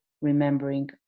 remembering